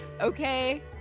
okay